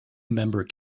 member